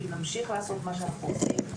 אם נמשיך לעשות את מה שאנחנו עושים,